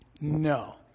No